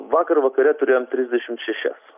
vakar vakare turėjom trisdešimt šešias